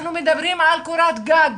אנחנו מדברים על קורת גג